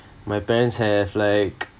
my parents have like